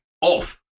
off